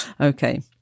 Okay